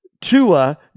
Tua